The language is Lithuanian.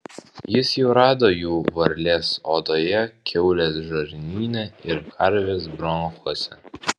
jis jau rado jų varlės odoje kiaulės žarnyne ir karvės bronchuose